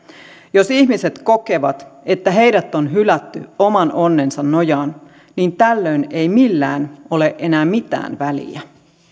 jos ihmiset kokevat että heidät on hylätty oman onnensa nojaan niin tällöin ei millään ole enää mitään väliä